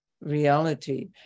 reality